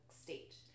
state